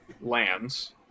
lands